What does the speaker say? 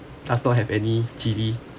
does not have any chili